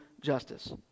justice